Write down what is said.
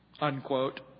Unquote